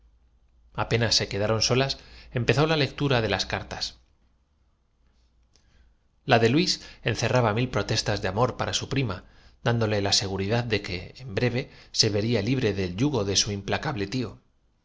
apenas se quedaron solas empezó la lectura de las realmente aquello no era vivir los cien ojos de cartas la de luís encerraba mil protestas de amor argos no bastaban para atender á tantas y tan fre para su prima dándole la seguridad de que en breve cuentes asechanzas así es que en cuanto el anacronóse vería libre del yugo de su implacable tío